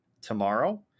tomorrow